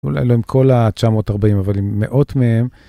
אולי לא עם כל ה-940, אבל עם מאות מהם,